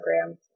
program